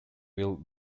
will